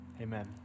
amen